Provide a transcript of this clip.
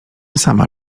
sama